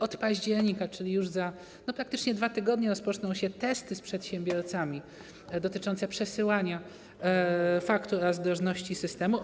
Od października, czyli już praktycznie za dwa tygodnie, rozpoczną się testy z przedsiębiorcami dotyczące przesyłania faktur oraz drożności systemu.